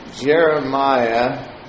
Jeremiah